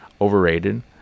overrated